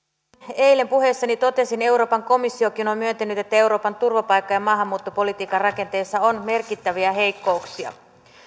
eilen puheessani totesin euroopan komissiokin on myöntänyt että euroopan turvapaikka ja maahanmuuttopolitiikan rakenteessa on merkittäviä heikkouksia